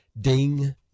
ding